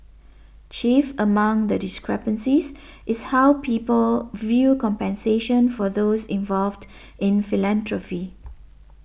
chief among the discrepancies is how people view compensation for those involved in philanthropy